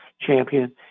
Champion